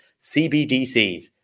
CBDCs